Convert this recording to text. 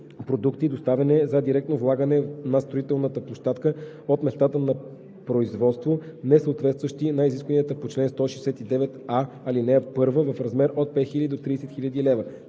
продукти, доставяни за директно влагане на строителната площадка от местата на производство, несъответстващи на изискванията на чл. 169а, ал. 1 – в размер от 5000 до 30 000 лв.;